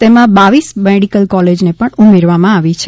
તેમાં બાવીસ મેડિકલ કોલેજને પણ ઉમેરવામાં આવી છે